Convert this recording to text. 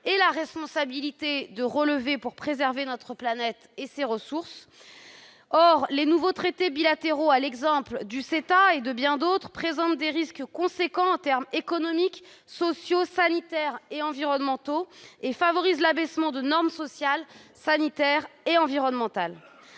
et la responsabilité de relever pour préserver notre planète et ses ressources. Or les nouveaux traités bilatéraux, à l'exemple du CETA avec le Canada et de bien d'autres, présentent des risques importants en termes économiques, sociaux, sanitaires et environnementaux et favorisent l'abaissement des normes sur ces sujets. Par exemple,